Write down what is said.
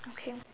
okay